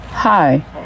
Hi